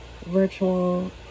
virtual